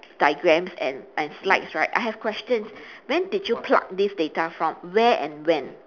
diagrams and and slides right I have questions when did you pluck this data from where and when